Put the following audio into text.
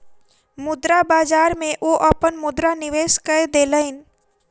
मुद्रा बाजार में ओ अपन मुद्रा निवेश कय देलैन